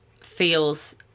feels